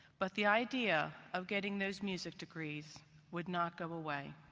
but the idea of getting those music degrees would not go away.